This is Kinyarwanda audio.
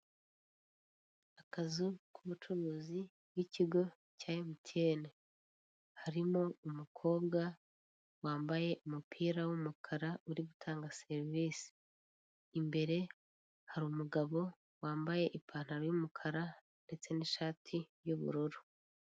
Akazu k'umucuruzi w'ikigo cya emutiyene harimo umukobwa wambaye umupira w'umukara uru gutanga serivise, imbere hari umugabo wambaye ipantaro y'umukara ndetse n'ishati y'ubururu.